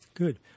Good